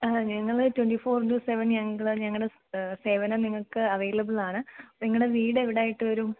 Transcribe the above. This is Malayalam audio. ആ ഞങ്ങൾ ട്വൻ്റി ഫോർ ഇൻ റ്റു സെവൻ ഞങ്ങൾ ഞങ്ങളുടെ സേവനം നിങ്ങൾക്ക് അവൈലബിൾ ആണ് നിങ്ങളുടെ വീട് എവിടെ ആയിട്ട് വരും